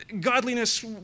Godliness